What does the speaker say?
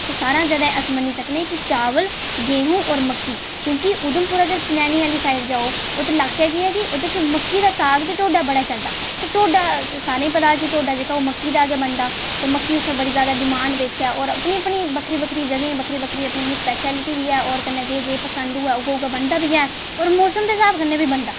सारें शा जादा अस मन्नी सकने आं कि चावल गेहूं होर मक्की क्योंकि उधमपुर अगर चनैह्नी आह्ली साइड जाओ उत्त इलाके च केह् ऐ कि ओह्दे च मक्की साग ते ढोड्डा बड़ा चलदा ते ढोड्डा सारें ई पता ऐ कि ढोड्डा जेह्का ओह् मक्की दा गै बनदा ते मक्की उ'त्थें बड़ी जादा डिमांड बिच ऐ होर अपनी अपनी बक्खरी बक्खरी जगहें ई बक्खरी बक्खरी अपनी अपनी स्पेशलिटी बी ऐ होर कन्नै जे जे पसंद ऐ उ'ऐ उ'ऐ बनदा बी ऐ होर मौसम दे स्हाब कन्नै बी बनदा